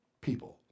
people